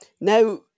Now